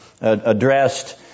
addressed